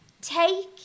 Take